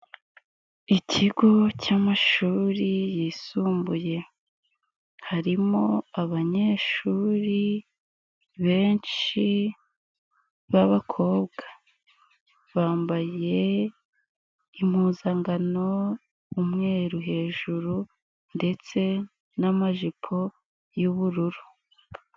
Ikigo cy'amashuri yisumbuye, harimo abanyeshuri benshi b'abakobwa, bambaye impuzankano, umweru hejuru ndetse n'amajipo y'ubururu.